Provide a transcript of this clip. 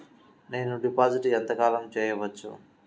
నేను డిపాజిట్ ఎంత కాలం చెయ్యవచ్చు?